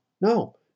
No